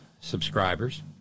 subscribers